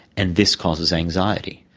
and this causes anxiety.